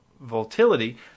volatility